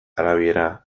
arabiera